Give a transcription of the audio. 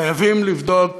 חייבים לבדוק